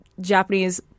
Japanese